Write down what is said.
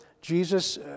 Jesus